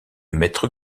mètres